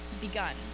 begun